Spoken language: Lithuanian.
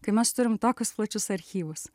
kai mes turim tokius plačius archyvus